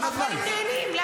אבל הם נהנים.